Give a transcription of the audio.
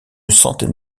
centaine